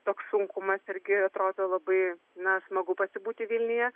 toks sunkumas irgi atrodo labai na smagu pasibūti vilniuje